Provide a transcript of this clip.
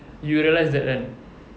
you will realise that kan